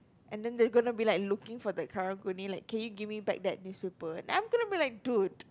and then they're gonna be like looking for the karang-guni like can you give me back that newspaper and I'm gonna be like dude